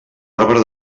arbre